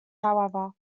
however